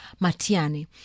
Matiani